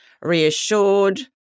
reassured